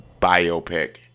biopic